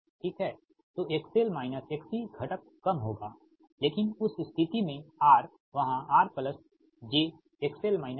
ठीक है तो XL XC घटक कम होगा लेकिन उस स्थिति में R वहां R j होगा